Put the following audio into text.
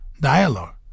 dialogue